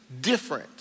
different